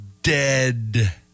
dead